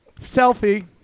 selfie